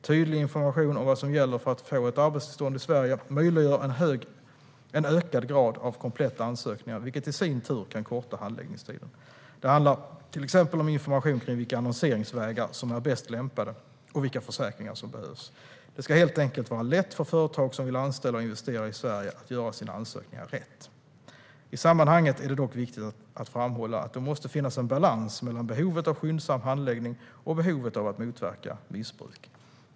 Tydlig information om vad som gäller för att få ett arbetstillstånd i Sverige möjliggör en ökad grad av kompletta ansökningar, vilket i sin tur kan korta handläggningstiden. Det handlar till exempel om information kring vilka annonseringsvägar som är bäst lämpade och vilka försäkringar som behövs. Det ska helt enkelt vara lätt för företag som vill anställa och investera i Sverige att göra sina ansökningar rätt. I sammanhanget är det dock viktigt att framhålla att det måste finnas en balans mellan behovet av skyndsam handläggning och behovet av att motverka missbruk.